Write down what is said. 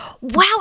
Wow